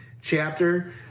chapter